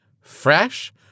fresh